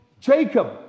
Jacob